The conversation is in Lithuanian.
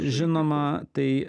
žinoma tai